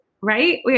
right